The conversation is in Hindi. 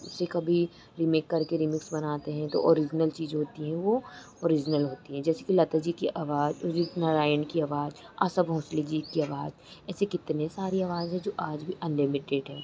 उसे कभी रिमेक करके रीमिक्स बनाते हैं तो ओरिज़नल चीज़ होती हैं वह ओरिजनल होती है जैसे कि लता जी की आवाज़ उदित नारायण की आवाज़ आशा भोंसले जी की आवाज़ ऐसे कितनी सारी आवाज़ें हैं जो आज भी अनलिमिटेड है